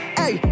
hey